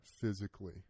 physically